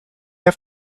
have